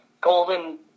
golden